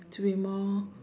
to be more